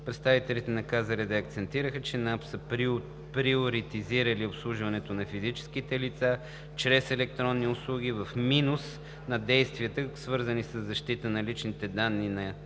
на личните данни акцентираха, че НАП са приоритизирали обслужването на физическите лица чрез електронни услуги в минус на действията, свързани със защитата на личните данни и